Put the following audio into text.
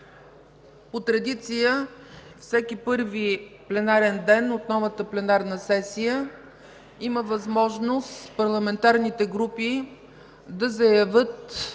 по традиция във всеки първи пленарен ден от новата пленарна сесия има възможност парламентарните групи да заявят